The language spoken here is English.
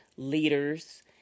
Leaders